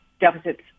deficits